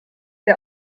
der